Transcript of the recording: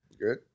Good